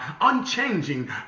unchanging